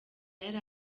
yari